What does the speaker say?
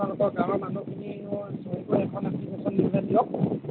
আপোনালোকৰ গাঁৱৰ মানুহখিনিয়ো জড়িত হৈ এখন এপ্লিকেশ্যন দিয়ক